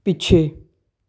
ਪਿੱਛੇ